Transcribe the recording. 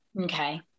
Okay